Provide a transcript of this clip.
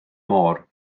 môr